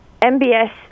MBS